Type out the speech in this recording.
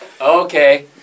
Okay